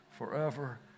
forever